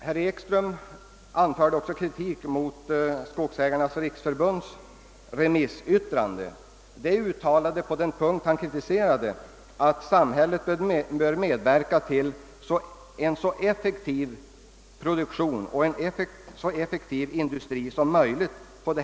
Herr Ekström anförde kritik mot ett uttalande i remissyttrandet från Skogsägareföreningarnas riksförbund, «att samhället generellt sett bör medverka till en så effektiv produktion på detta område som möjligt.